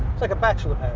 like a bachelor pad!